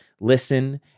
listen